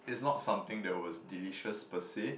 is not something that was delicious per se